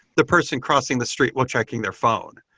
the person crossing the street while checking their phone,